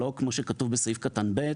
לא כמו שכתוב בסעיף קטן (ב),